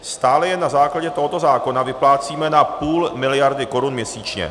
Stále jen na základě tohoto zákona vyplácíme na půl miliardy korun měsíčně.